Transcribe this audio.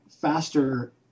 faster